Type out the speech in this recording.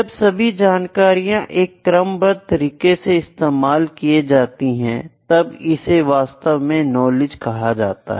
जब यह सभी जानकारियां एक क्रमबद्ध तरीके से इस्तेमाल की जाती हैं तब इसे वास्तव में नॉलेज कहा जाता है